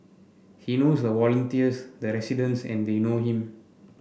he knows the volunteers the residents and they know him